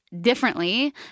differently